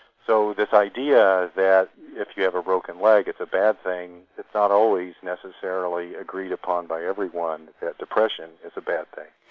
so this idea that if you have a broken leg it's a bad thing it's not always necessarily agreed upon by everyone that depression is a bad thing.